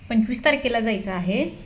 पंचवीस तारखेला जायचं आहे